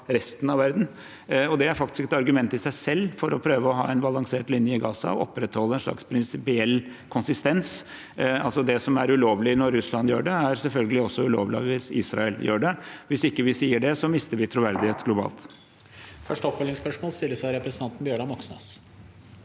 resten av verden. Det er faktisk et argument i seg selv for å prøve å ha en balansert linje i Gaza og opprettholde en slags prinsipiell konsistens, altså at det som er ulovlig når Russland gjør det, selvfølgelig også er ulovlig hvis Israel gjør det. Hvis ikke vi sier det, mister vi troverdighet globalt.